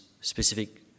specific